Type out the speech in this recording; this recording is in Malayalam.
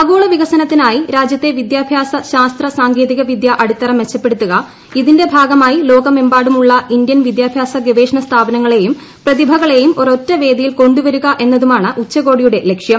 ആഗോള വികസനത്തിനായി രാജ്യത്തെ വിദ്യാഭ്യാസ ശാസ്ത്ര സാങ്കേതികവിദൃ അടിത്തറ മെച്ചപ്പെടുത്തുക ഇതിന്റെ ഭാഗമായി ലോകമെമ്പാടുമുള്ള ഇന്ത്യൻ വിദ്യാഭ്യാസ ഗവേഷണ സ്ഥാപന ങ്ങളേയും പ്രതിഭകളേയും ഒരൊറ്റ വേദിയിൽ കൊണ്ടു വരിക എന്നതാണ് ഉച്ചകോടിയുടെ ലക്ഷ്യം